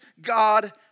God